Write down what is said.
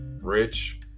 rich